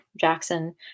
Jackson